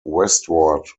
westward